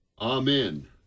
Amen